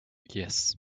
yes